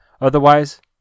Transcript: otherwise